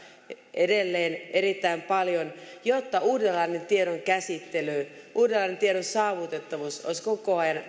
edelleen erittäin paljon jotta uudenlainen tiedon käsittely uudenlainen tiedon saavutettavuus olisivat koko ajan